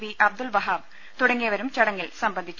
V Abdul Wahab തുടങ്ങിയവരും ചടങ്ങിൽ സംബന്ധിച്ചു